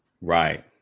Right